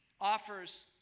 offers